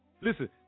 Listen